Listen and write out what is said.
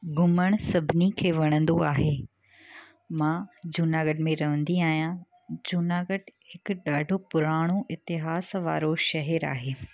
घुमणु सभिनी खे वणंदो आहे मां जूनागढ़ में रहंदी आहियां जूनागढ़ हिकु ॾाढो पुराणो इतिहास वारो शहरु आहे